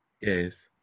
yes